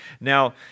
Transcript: Now